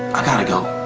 i got to go.